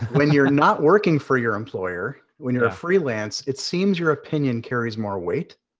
when you're not working for your employer, when you're a freelance, it seems your opinion carries more weight.